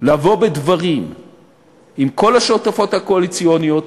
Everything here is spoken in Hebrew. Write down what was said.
לבוא בדברים עם כל השותפות הקואליציוניות,